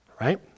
Right